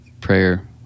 prayer